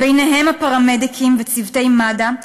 וביניהם הפרמדיקים וצוותי מד"א,